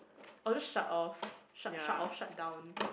or just shut off shut shut off shut down